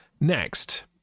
next